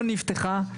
לא נפתחה.